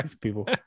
people